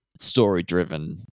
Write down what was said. story-driven